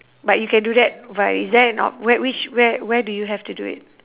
but you can do that by is there an out~ where which where where do you have to do it